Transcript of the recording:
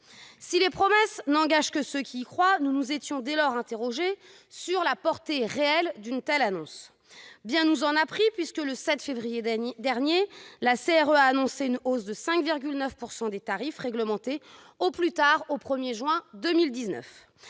Les promesses n'engageant que ceux qui y croient, nous nous étions interrogés sur la portée réelle d'une telle annonce. Bien nous en a pris puisque, le 7 février dernier, la CRE a annoncé une hausse de 5,9 % des tarifs réglementés, au plus tard le 1 juin 2019.